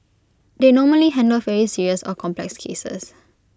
they normally handle very serious or complex cases